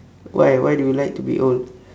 why why do you like to be old